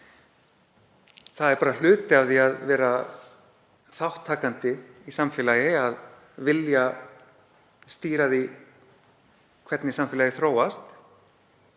Það er bara hluti af því að vera þátttakandi í samfélagi að vilja stýra því hvernig samfélagið þróast.